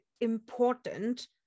important